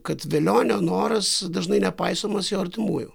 kad velionio noras dažnai nepaisomas jo artimųjų